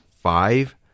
Five